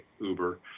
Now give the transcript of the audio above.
Uber